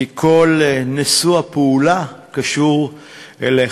כי כל מושא הפעולה קשור אליך.